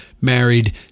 married